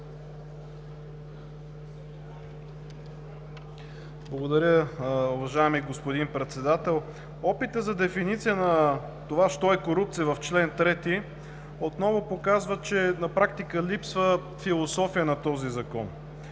Благодаря, уважаеми господин Председател. Опитът за дефиниция на това що е корупция в чл. 3 отново показва, че на практика липсва философия на този Закон.